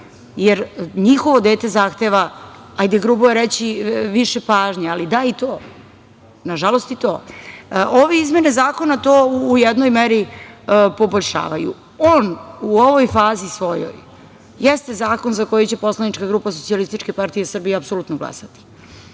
jer njihovo dete zahteva, hajde, grubo je reći više pažnje, da i to, nažalost i to. Ove izmene zakona to u jednoj meri poboljšavaju. On u ovoj svojoj fazi jeste zakon za koji će poslanička grupa Socijalističke partije Srbije apsolutno glasati,